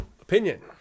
opinion